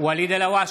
ואליד אל הואשלה,